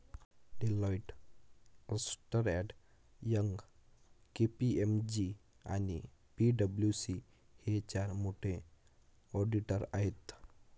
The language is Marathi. डेलॉईट, अस्न्टर अँड यंग, के.पी.एम.जी आणि पी.डब्ल्यू.सी हे चार मोठे ऑडिटर आहेत